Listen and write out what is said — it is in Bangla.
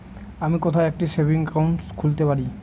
আমি কোথায় একটি সেভিংস অ্যাকাউন্ট খুলতে পারি?